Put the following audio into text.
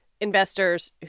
investors